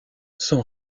son